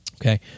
Okay